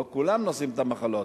לא כולם נושאים מחלות.